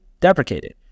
deprecated